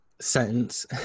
sentence